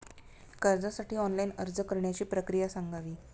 कर्जासाठी ऑनलाइन अर्ज करण्याची प्रक्रिया सांगावी